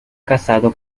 casado